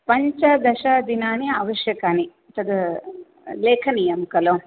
पञ्चदशदिनानि आवश्यकानि तद् लेखनीयं खलु